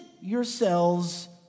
yourselves